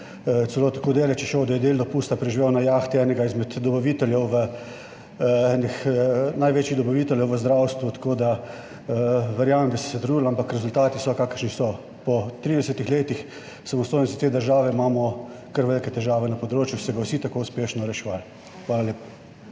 Celo tako daleč je šel, da je del dopusta preživel na jahti enega izmed dobaviteljev v, enih največjih dobaviteljev v zdravstvu. Tako da verjamem, da ste se trudili, ampak rezultati so, kakršni so. Po 30 letih samostojnosti te države imamo kar velike težave na področju, ki so ga vsi tako uspešno reševali. Hvala lepa.